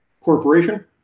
corporation